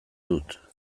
dut